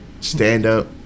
Stand-up